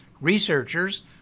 researchers